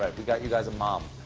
we got you guys a mom.